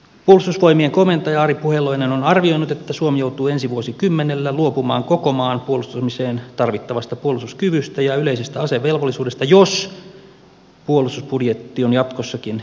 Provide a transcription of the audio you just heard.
puolustusvoimien komentaja ari puheloinen on arvioinut että suomi joutuu ensi vuosikymmenellä luopumaan koko maan puolustamiseen tarvittavasta puolustuskyvystä ja yleisestä asevelvollisuudesta jos puolustusbudjetti on jatkossakin nykyisen kaltainen